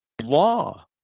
law